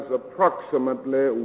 approximately